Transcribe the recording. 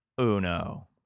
uno